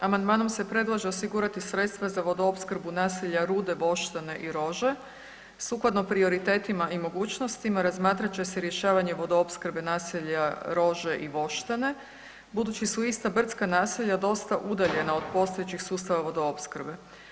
Amandmanom se predlaže osigurati sredstva za vodoopskrbu naselja Rude, Voštane i Rože sukladno prioritetima i mogućnostima razmatra će se rješavanje vodoopskrbe naselja Rože i Voštane, budući su ista brdska naselja dosta udaljena od postojećih sustava vodoopskrbe.